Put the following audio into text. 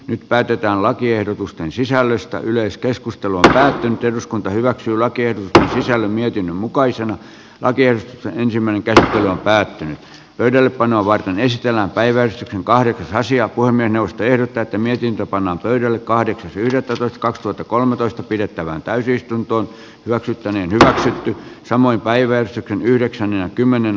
nyt päätetään lakiehdotusten sisällöstä yleiskeskustelua täräytti eduskunta hyväksyy laki että kesällä mietin mukaisen lakers on ensimmäinen kerta on päättynyt pöydällepanova nesteellä on päivän kahvit naisia kuin miinus tehdä tätä mietintä pannaan pöydälle kahdeksi lisätä sotka toto kolmetoista pidettävään täysistunto hyväksyttäneen hyväksyttiin samoin päivä yhdeksän kymmenen